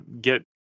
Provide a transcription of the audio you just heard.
get